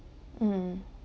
mm